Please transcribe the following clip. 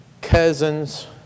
cousins